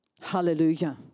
Hallelujah